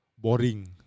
Boring